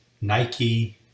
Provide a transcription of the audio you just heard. Nike